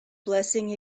blessing